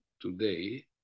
today